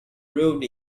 brewed